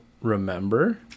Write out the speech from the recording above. remember